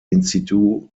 institut